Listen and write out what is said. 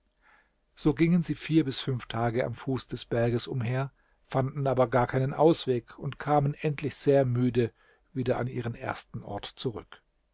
so gingen sie vier bis fünf tage am fuße des berges umher fanden aber gar keinen ausweg und kamen endlich sehr müde wieder an ihren ersten ort zurück